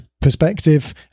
perspective